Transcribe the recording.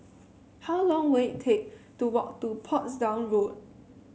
how long will it take to walk to Portsdown Road